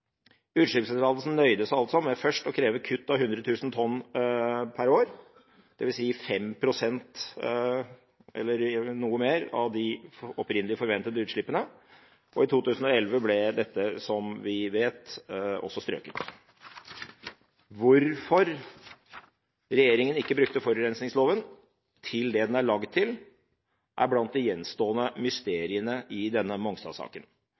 Utslippstillatelsen nøyde seg med først å kreve kutt av 100 000 tonn per år, dvs. noe mer enn 5 pst. av de opprinnelig forventede utslippene, og i 2011 ble dette også strøket, som vi vet. Hvorfor regjeringen ikke brukte forurensingsloven til det den er lagd til, er blant de gjenstående mysteriene i denne